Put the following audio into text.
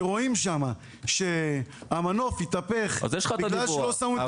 שרואים שם שהמנוף התהפך בגלל שלא שמו את